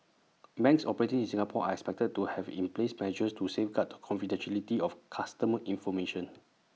banks operating in Singapore are expected to have in place measures to safeguard the confidentiality of customer information